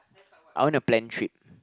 I want to plan trip